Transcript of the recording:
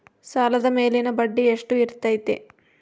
ಸಾಲದ ಮೇಲಿನ ಬಡ್ಡಿ ಎಷ್ಟು ಇರ್ತೈತೆ?